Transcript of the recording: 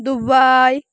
Dubai